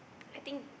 I think